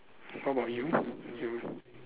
how about you you